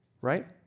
right